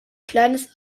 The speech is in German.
kleines